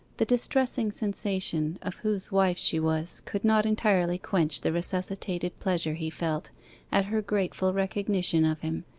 the distressing sensation of whose wife she was could not entirely quench the resuscitated pleasure he felt at her grateful recognition of him,